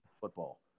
football